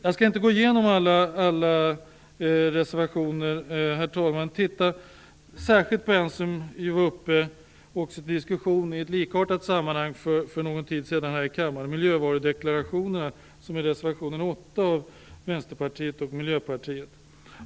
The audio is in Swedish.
Jag skall inte gå igenom alla reservationer, utan titta särskilt på en fråga som var uppe till diskussion i ett likartat sammanhang för någon tid här i kammaren. Det gäller miljövarudeklarationerna, som behandlas i reservation 8 av Miljöpartiet och Herr talman!